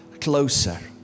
closer